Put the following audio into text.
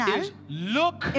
look